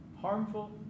harmful